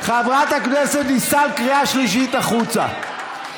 חברת הכנסת דיסטל, קריאה שלישית, החוצה.